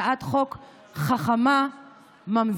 זאת הצעת חוק חכמה, ממזרית,